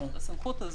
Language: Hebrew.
הסמכות הזאת